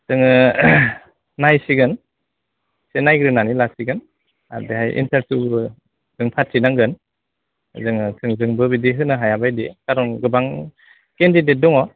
जोङो नायसिगोन एसे नायग्रोनानै लासिगोन आर बेहाय इन्टारभिउबो जों फाथिनांगोन जोङो सिंजोंबो बिदि होनो हायाबायदि खारन गोबां केन्डिडेट दङ